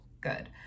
good